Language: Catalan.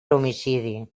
homicidi